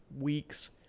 weeks